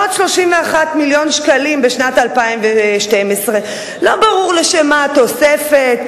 ועוד 31 מיליון שקלים בשנת 2012. לא ברור לשם מה התוספת,